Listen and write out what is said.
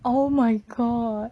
oh my god